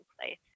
place